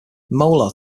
molar